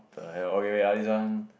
the hell okay wait ah this one